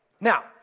now